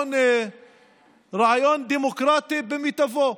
רעיון דמוקרטי במיטבו,